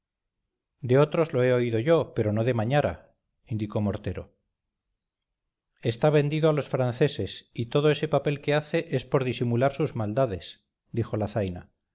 de otros lo he oído yo pero no de mañara indicó mortero está vendido a los franceses y todo ese papel que hace es por disimular sus maldades dijo la zaina